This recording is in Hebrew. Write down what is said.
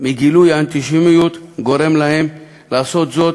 מגילויי האנטישמיות גורם להם לעשות זאת,